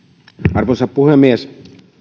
arvoisa puhemies